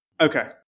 Okay